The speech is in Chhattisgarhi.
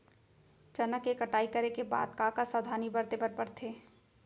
चना के कटाई करे के बाद का का सावधानी बरते बर परथे?